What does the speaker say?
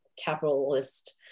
capitalist